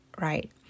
right